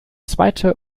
zweite